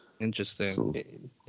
interesting